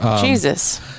jesus